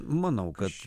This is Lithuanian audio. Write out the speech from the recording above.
manau kad